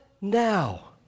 now